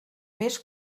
més